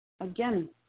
again